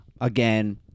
again